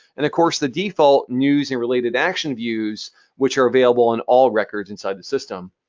and of course the default news and related action views which are available in all records inside the system.